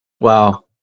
Wow